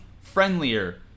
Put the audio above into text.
friendlier